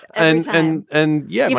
and and and yeah,